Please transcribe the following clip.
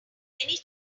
many